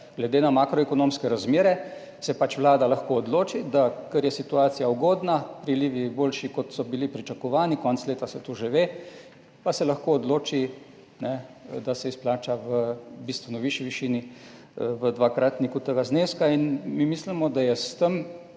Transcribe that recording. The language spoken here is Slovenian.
glede na makroekonomske razmere se pač vlada lahko odloči, ker je situacija ugodna, prilivi boljši, kot so bili pričakovani, konec leta se to že ve, pa se lahko odloči, da se izplača v bistveno višji višini, v dvakratniku tega zneska. Mi mislimo, da je s tem